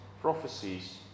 prophecies